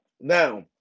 Now